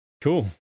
Cool